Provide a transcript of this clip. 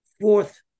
Fourth